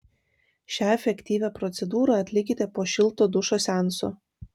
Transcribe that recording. šią efektyvią procedūrą atlikite po šilto dušo seanso